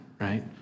right